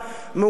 מאוחד,